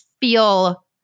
feel